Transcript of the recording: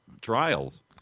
trials